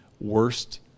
worst